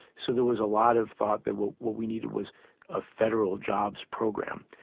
so there was a lot of thought that what what we needed was a federal jobs program.